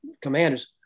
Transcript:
commanders